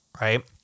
right